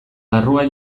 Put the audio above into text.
larrua